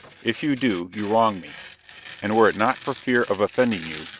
if you do, you wrong me and were it not for fear of offending you,